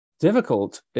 difficult